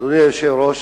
אדוני היושב-ראש,